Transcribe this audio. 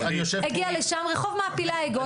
הגיעה לשם רח' מעפילי האגוז,